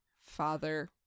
father